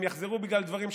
הם יחזרו בגלל דברים שתלויים,